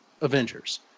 Avengers